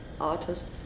artist